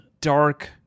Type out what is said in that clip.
dark